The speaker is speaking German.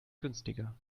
günstiger